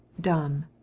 dumb